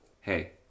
hey